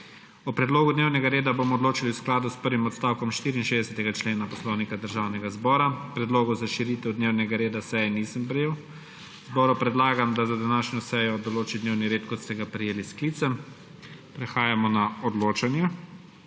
O predlogu dnevnega reda bomo odločali v skladu s prvim odstavkom 64. člena Poslovnika Državnega zbora. predlogov za širitev dnevnega reda seje nisem prejel. Zboru predlagam, da za današnjo sejo določi dnevni red kot ste ga prejeli s sklicem. Prehajamo na odločanje.